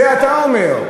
זה אתה אומר.